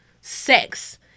sex